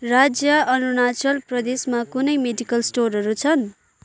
राज्य अरुणाचल प्रदेशमा कुनै मेडिकल स्टोरहरू छन्